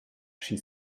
she